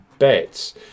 bets